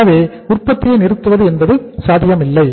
எனவே உற்பத்தியை நிறுத்துவது என்பது சாத்தியமில்லை